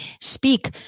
speak